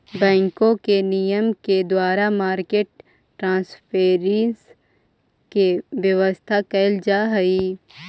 बैंकों के नियम के द्वारा मार्केट ट्रांसपेरेंसी के व्यवस्था कैल जा हइ